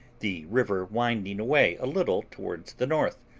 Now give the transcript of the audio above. the river winding away a little towards the north,